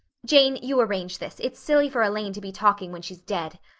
jane, you arrange this. it's silly for elaine to be talking when she's dead.